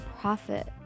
profit